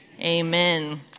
Amen